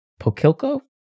Pokilko